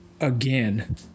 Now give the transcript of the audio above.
again